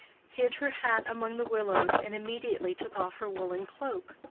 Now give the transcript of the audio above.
hid her hat among the willows, and immediately took off her woolen cloak.